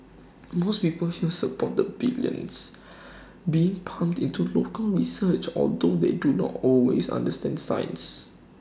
most people here support the billions being pumped into local research although they do not always understand science